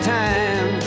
time